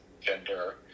gender